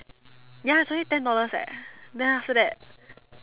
ya it's only ten dollars eh then after that